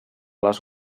les